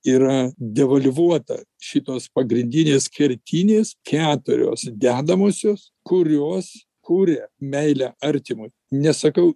yra devalvuota šitos pagrindinės kertinės keturios dedamosios kurios kuria meilę artimui nesakau